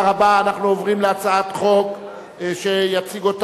אני קובע שהצעת חוק תשלום קצבאות